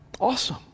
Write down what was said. Awesome